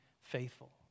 faithful